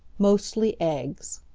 mostly eggs